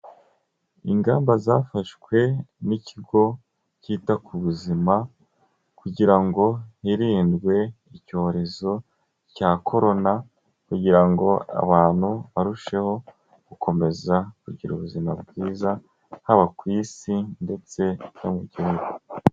Ingamba zafashwe n'ikigo cyita ku buzima kugira ngo hirindwe icyorezo cya Korona kugira ngo abantu barusheho gukomeza kugira ubuzima bwiza, haba ku isi ndetse no mu gihugu.